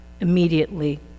immediately